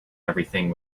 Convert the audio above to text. everything